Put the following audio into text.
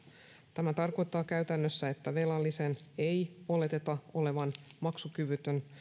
tämä tarkoittaa käytännössä että velallisen ei oleteta olevan maksukyvytön